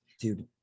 dude